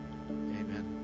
Amen